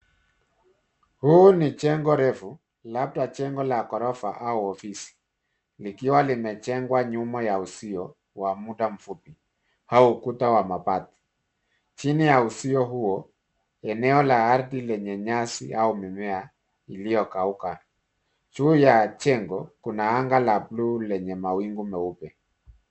Huu ni jengo refu labda jengo la ghorofa au ofisi likiwa limejengwa nyuma ya uzio wa muda mfupi au ukuta wa mabati. Chini ya uzio huo , eneo la ardhi kwenye nyasi au mimea iliyokauka. Juu ya jengo, kuna anga la blue lenye mawingu meupe .